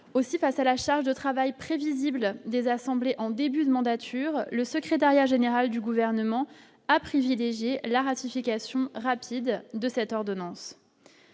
aussi face à la charge de travail prévisible des assemblées en début de mandature, le secrétariat général du gouvernement, a privilégié la ratification rapide de cette ordonnance